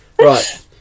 right